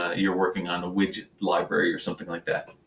ah you're working on widget library, or something like that.